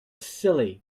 silly